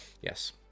yes